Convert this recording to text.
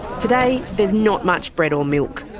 today there's not much bread or milk.